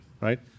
right